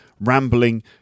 rambling